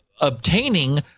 obtaining